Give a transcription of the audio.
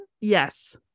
Yes